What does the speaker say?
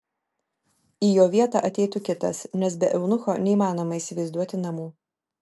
į jo vietą ateitų kitas nes be eunucho neįmanoma įsivaizduoti namų